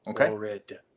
Okay